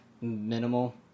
Minimal